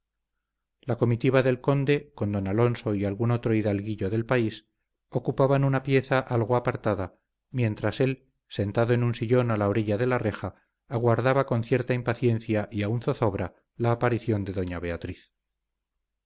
la comitiva del conde con don alonso y algún otro hidalguillo del país ocupaban una pieza algo apartada mientras él sentado en un sillón a la orilla de la reja aguardaba con cierta impaciencia y aun zozobra la aparición de doña beatriz